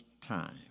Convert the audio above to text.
time